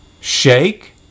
shake